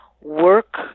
work